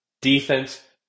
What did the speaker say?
Defense